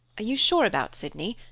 you sure about sydney?